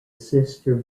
sister